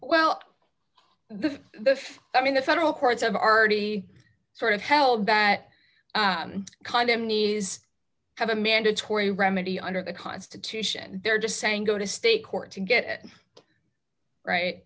well the the i mean the federal courts have already sort of held that kind of need is have a mandatory remedy under the constitution they're just saying go to state court to get it right